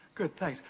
good thanks.